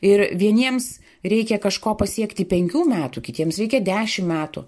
ir vieniems reikia kažko pasiekti penkių metų kitiems reikia dešim metų